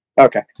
Okay